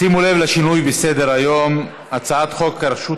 שימו לב לשינוי בסדר-היום: הצעת חוק הרשות